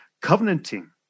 covenanting